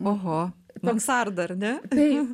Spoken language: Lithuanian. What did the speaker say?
oho mansarda ar ne taip